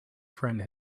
friend